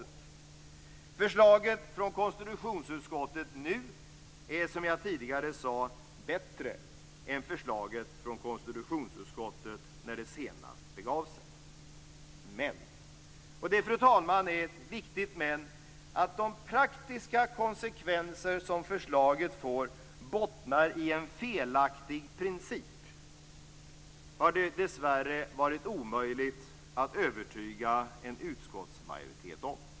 Det nya förslaget från konstitutionsutskottet är bättre än det förslag som lades fram när det senast begav sig. Men - och det är ett viktigt men - de praktiska konsekvenserna av förslaget bottnar i en felaktig princip, och det har dessvärre varit omöjligt att övertyga utskottsmajoriteten om det.